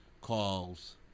calls